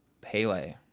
Pele